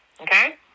okay